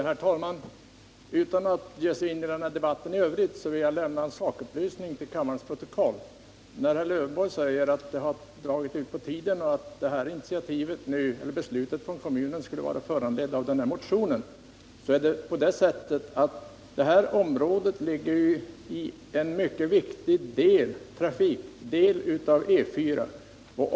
Herr talman! Utan att blanda mig i den här debatten i övrigt vill jag lämna en sakupplysning till kammarens protokoll. Alf Lövenborg säger att frågan har dragit ut på tiden och att beslutet från kommunen är föranlett av denna motion. En mycket viktig del av E 4 går igenom det aktuella området.